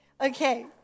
Okay